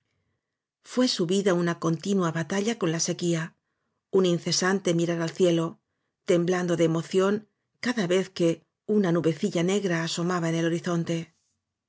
fué su vida una continua batalla con la equía un incesante mirar al cielo temblando de emoción cada vez que una nubecilla negra asomaba en el horizonte